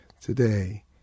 today